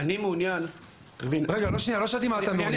אני מעוניין --- רגע, לא שאלתי במה אתה מעוניין.